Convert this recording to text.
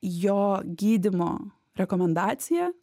jo gydymo rekomendacija